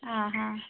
ആഹ് ആഹ്